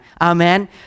amen